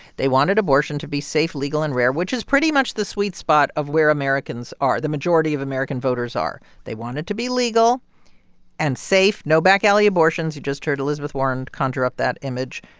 they wanted abortion to be safe, legal and rare, which is pretty much the sweet spot of where americans are the majority of american voters are. they want it to be legal and safe. no back-alley abortions you just heard elizabeth warren conjure up that image.